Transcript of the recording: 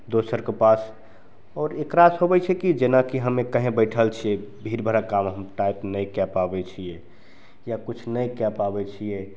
दोसरके पास आओर एकरासे होबै छै कि जेनाकि हमे कहीँ बैठल छी भीड़ भड़क्कामे हम टाइप नहि कै पाबै छिए या किछु नहि कै पाबै छिए